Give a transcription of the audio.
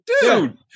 dude